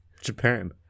Japan